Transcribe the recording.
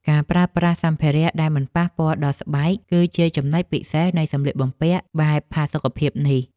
ការប្រើប្រាស់សម្ភារៈដែលមិនប៉ះពាល់ដល់ស្បែក គឺជាចំណុចពិសេសនៃសម្លៀកបំពាក់បែបផាសុកភាពនេះ។